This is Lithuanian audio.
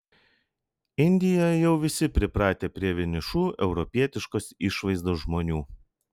indijoje jau visi pripratę prie vienišų europietiškos išvaizdos žmonių